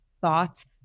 thoughts